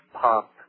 pop